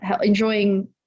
enjoying